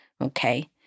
okay